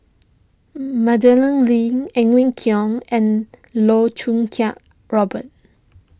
Madeleine Lee Edwin Koek and Loh Choo Kiat Robert